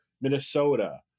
Minnesota